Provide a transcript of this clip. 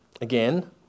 again